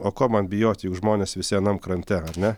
o ko man bijoti juk žmonės visi anam krante ne